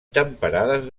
temperades